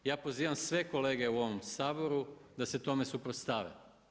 Ja pozivam sve kolege u ovom Saboru da se tome suprotstave.